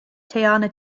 teyana